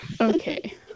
Okay